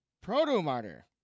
Proto-Martyr